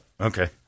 Okay